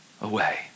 away